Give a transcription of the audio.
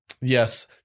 Yes